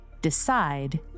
decide